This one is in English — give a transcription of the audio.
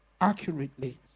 accurately